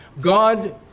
God